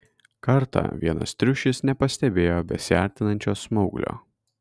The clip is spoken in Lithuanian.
kartą vienas triušis nepastebėjo besiartinančio smauglio